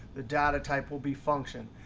the data type will be function.